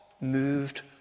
moved